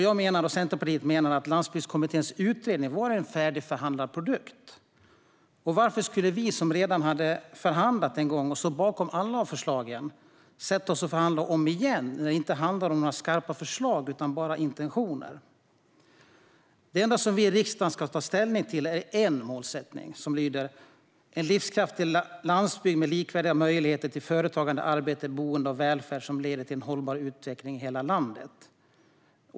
Jag och Centerpartiet menar att Landsbygdskommitténs utredning var en färdigförhandlad produkt. Varför skulle vi, som redan hade förhandlat en gång och som står bakom alla förslagen, sätta oss och förhandla igen när det inte handlar om skarpa förslag utan bara intentioner? Det enda vi i riksdagen ska ta ställning till är en målsättning, och den lyder: en livskraftig landsbygd med likvärdiga möjligheter företagande, arbete, boende och välfärd som leder till en hållbar utveckling i hela landet.